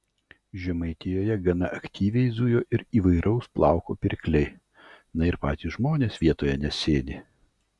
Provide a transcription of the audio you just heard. žemaitijoje gana aktyviai zujo ir įvairaus plauko pirkliai na ir patys žmonės vietoje nesėdi